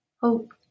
hope